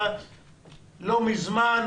"לא מזמן",